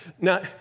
Now